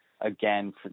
again